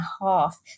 half